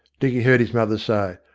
dicky heard his mother say.